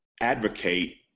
advocate